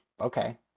okay